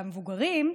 והמבוגרים,